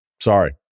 Sorry